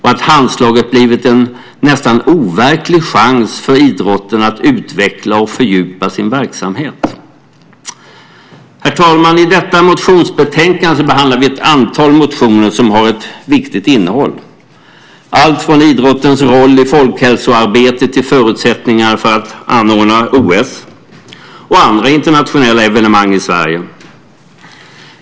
Handslaget har blivit en nästan overklig chans för idrotten att utveckla och fördjupa sin verksamhet. Herr talman! I detta motionsbetänkande behandlar vi ett antal motioner som har ett viktigt innehåll, allt från idrottens roll i folkhälsoarbetet till förutsättningar för att anordna OS och andra internationella evenemang i Sverige.